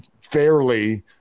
fairly